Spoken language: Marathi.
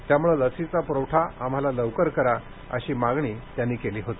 त्यामुळे लसीचा पुरवठा आम्हाला लवकर करा अशी मागणी त्यांनी केली होती